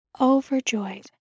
overjoyed